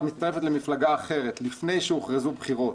מצטרפת למפלגה אחרת לפני שהוכרזו בחירות